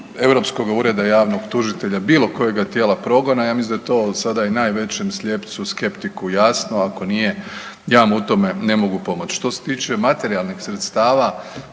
Europskoga ureda javnog tužitelja, bilo kojega tijela progona. Ja mislim da je to sada i najvećem slijepcu skeptiku jasno, ako nije ja mu u tome ne mogu pomoć. Što se tiče materijalnih sredstava